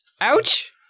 Ouch